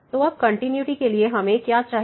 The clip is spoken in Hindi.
तो अब कंटिन्यूटी के लिए हमें क्या चाहिए